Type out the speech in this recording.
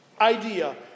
idea